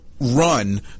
run